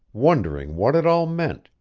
wondering what it all meant,